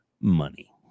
money